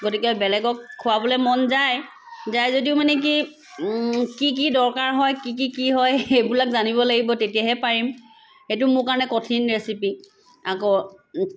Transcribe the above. গতিকে বেলেগক খোৱাবলৈ মন যায় যায় যদিও মানে কি কি কি দৰকাৰ হয় কি কি কি হয় সেইবিলাক জানিব লাগিব তেতিয়াহে পাৰিম এইটো মোৰ কাৰণে কঠিন ৰেচিপি আকৌ